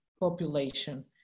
population